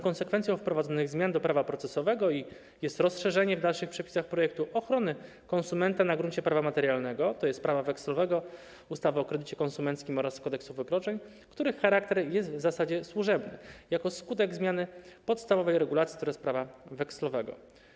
Konsekwencją wprowadzonych zmian do prawa procesowego jest rozszerzenie w dalszych przepisach projektu ochrony konsumenta na gruncie prawa materialnego, tj. prawa wekslowego, ustawy o kredycie konsumenckim oraz Kodeksu wykroczeń, których charakter jest w zasadzie służebny, jako skutek zmiany podstawowej regulacji, tj. prawa wekslowego.